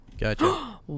Gotcha